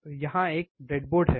तो यहाँ एक ब्रेडबोर्ड है